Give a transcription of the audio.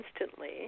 instantly